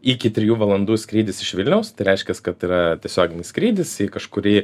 iki trijų valandų skrydis iš vilniaus tai reiškias kad tai yra tiesioginis skrydis į kažkurį